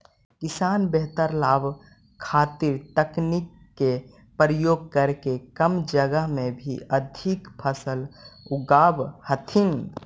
किसान बेहतर लाभ खातीर तकनीक के प्रयोग करके कम जगह में भी अधिक फसल उगाब हथिन